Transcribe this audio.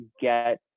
get